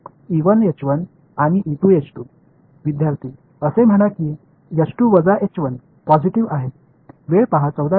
மாணவர் அந்த H 2 minus H 1 positive என்று கூறுங்கள் குறிப்பு நேரம் 1456